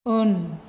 उन